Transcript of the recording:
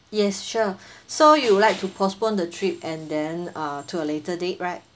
yes sure so you would like to postpone the trip and then uh to a later date right